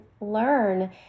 learn